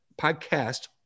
podcast